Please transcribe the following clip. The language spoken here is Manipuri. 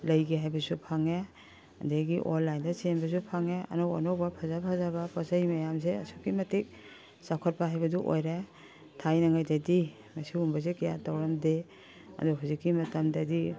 ꯂꯩꯒꯦ ꯍꯥꯏꯕꯁꯨ ꯐꯪꯉꯦ ꯑꯗꯒꯤ ꯑꯣꯟꯂꯥꯏꯟꯗ ꯆꯦꯟꯕꯁꯨ ꯐꯪꯉꯦ ꯑꯅꯧ ꯑꯅꯧꯕ ꯐꯖ ꯐꯖꯕ ꯄꯣꯠ ꯆꯩ ꯃꯌꯥꯝꯁꯦ ꯑꯁꯨꯛꯀꯤ ꯃꯇꯤꯛ ꯆꯥꯎꯈꯠꯄ ꯍꯥꯏꯕꯗꯨ ꯑꯣꯏꯔꯦ ꯊꯥꯏꯅ ꯉꯩꯗꯗꯤ ꯑꯁꯤꯒꯨꯝꯕꯁꯦ ꯀꯌꯥ ꯇꯧꯔꯝꯗꯦ ꯑꯗꯨ ꯍꯧꯖꯤꯛꯀꯤ ꯃꯇꯝꯗꯗꯤ